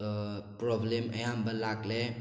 problem ꯑꯌꯥꯝꯕ ꯂꯥꯛꯂꯦ